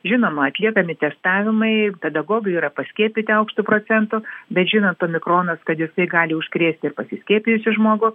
žinoma atliekami testavimai pedagogai yra paskiepyti aukštu procentu bet žinant omikronas kad jisai gali užkrėsti pasiskiepijusį žmogų